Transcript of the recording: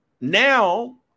now